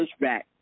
pushback